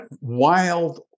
wild